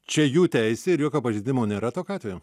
čia jų teisė ir jokio pažeidimo nėra tokiu atveju